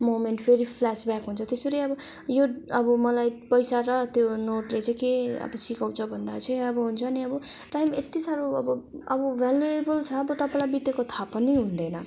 moment फेरि flashback हुन्छ त्यसरी अब यो अब मलाई पैसा र त्यो नोटले चाहिँ के अब सिकाउँछ भन्दा चाहिँ अब हुन्छ नि अब टाइम यति साह्रो अब अब भ्यालुएवल छ अब तपाईँलाई बितेको थाह पनि हुँदैन